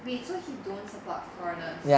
wait so he don't support foreigners